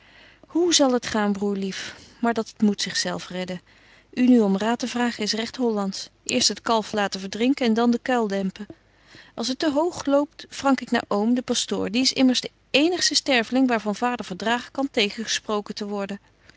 hoe zal t gaan broêr lief maar dat moet zich zelf redden u nu om raad te vragen is regt hollandsch eerst het kalf laten verdrinken en dan den kuil dempen als het te hoog loopt frank ik naar oom den pastoor die is immers de eenigste sterveling waar van vader verdragen kan tegengesproken te worden